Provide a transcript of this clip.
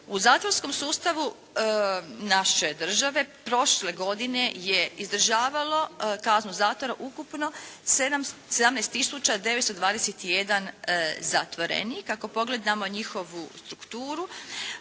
u zatvorskom sustavu naše države, prošle godine je izdržavalo kaznu zatvora ukupno 17 tisuća 921 zatvorenik. Ako pogledamo njihovu strukturu,